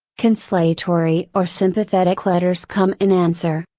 consolatory or sympathetic letters come in answer.